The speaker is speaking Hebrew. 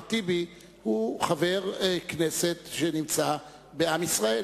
אחמד טיבי הוא חבר כנסת שנמצא בעם ישראל.